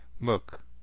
look